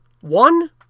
One